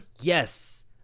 Yes